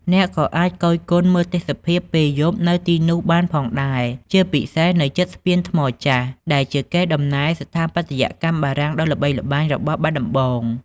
អ្នកក៏អាចគយគន់មើលទេសភាពពេលយប់នៅទីនោះបានផងដែរ ជាពិសេសនៅជិតស្ពានថ្មចាស់ ដែលជាកេរដំណែលស្ថាបត្យកម្មបារាំងដ៏ល្បីល្បាញរបស់បាត់ដំបង។